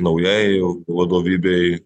naujajai vadovybei